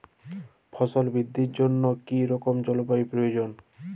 ফসল বৃদ্ধির জন্য কী রকম জলবায়ু প্রয়োজন?